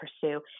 pursue –